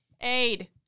Aid